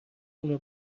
اونا